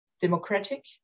democratic